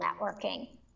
networking